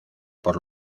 por